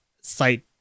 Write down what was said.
site